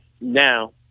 now